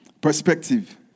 Perspective